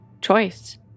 choice